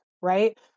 right